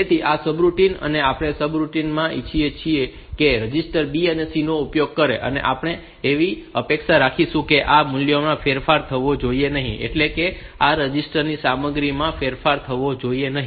તો આ સબરૂટિન છે અને આપણે આ સબરૂટીન માં ઇચ્છીએ છીએ કે તે આ રજિસ્ટર B અને C નો ઉપયોગ કરે અને આપણે એવી અપેક્ષા રાખીશું કે આ મૂલ્યોમાં ફેરફાર થવો જોઈએ નહીં એટલે કે આ રજિસ્ટર ની સામગ્રીમાં ફેરફાર થવો જોઈએ નહીં